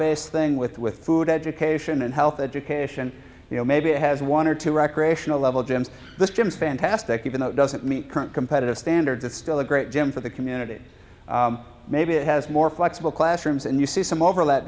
based thing with with food education and health education you know maybe it has one or two recreational level gyms the gyms fantastic even though it doesn't meet current competitive standards it's still a great gym for the community maybe it has more flexible classrooms and you see some overlap